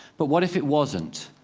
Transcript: but what if it wasn't?